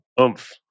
oomph